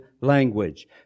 language